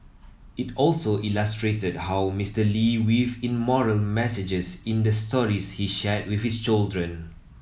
it also illustrated how Mister Lee weaved in moral messages in the stories he shared with his children